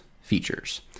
features